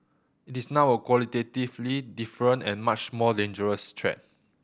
it is now a qualitatively different and much more dangerous threat